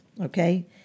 okay